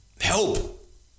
help